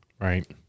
Right